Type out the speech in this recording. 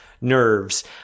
nerves